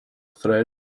threads